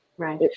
Right